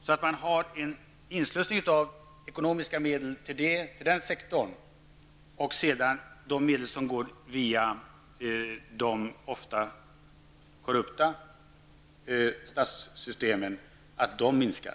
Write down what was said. Man måste ha en inslussning av medel till den sektor som det då är fråga om, medan storleken av de medel som går via de ofta korrupta statssystemen minskar.